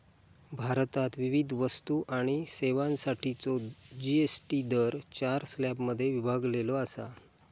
भारतात विविध वस्तू आणि सेवांसाठीचो जी.एस.टी दर चार स्लॅबमध्ये विभागलेलो असा